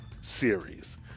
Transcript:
series